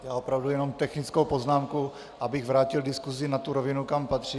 Já opravdu jenom technickou poznámku, abych vrátil diskusi na tu rovinu, kam patří.